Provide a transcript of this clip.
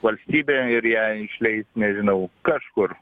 valstybė ir ją išleis nežinau kažkur